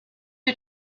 you